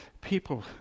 people